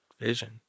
vision